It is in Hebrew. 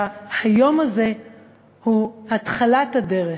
והיום הזה הוא התחלת הדרך.